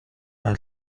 اهل